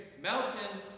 mountain